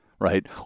Right